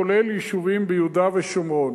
כולל יישובים ביהודה ושומרון.